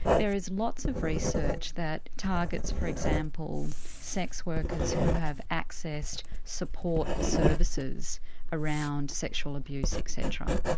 there is lots of research that targets for example sex workers who have accessed support services around sexual abuse etc.